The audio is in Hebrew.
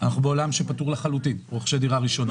אנחנו בעולם שפטור לחלוטין לרוכשי דירה ראשונה.